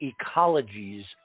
ecologies